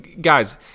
Guys